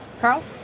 Carl